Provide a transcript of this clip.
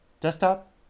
desktop